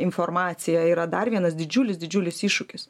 informaciją yra dar vienas didžiulis didžiulis iššūkis